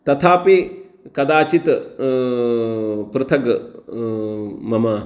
तथापि कदाचित् पृथग् मम